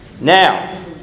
Now